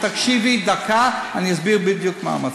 תקשיבי דקה, ואני אסביר בדיוק מה המצב.